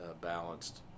balanced